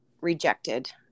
rejected